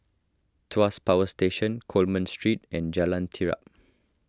Tuas Power Station Coleman Street and Jalan Terap